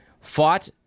fought